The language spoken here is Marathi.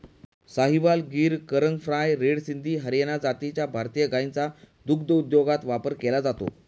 साहिवाल, गीर, करण फ्राय, रेड सिंधी, हरियाणा जातीच्या भारतीय गायींचा दुग्धोद्योगात वापर केला जातो